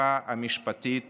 ההפיכה המשפטית